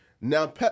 Now